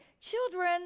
children